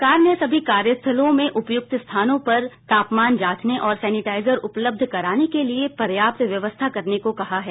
सरकार ने समी कार्यस्थलों में उपयुक्त स्थानों पर तापमान जांचने और सेनिटाइजर उपलब्ध कराने के लिए पर्याप्त व्यवस्था करने को कहा है